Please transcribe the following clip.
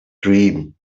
dream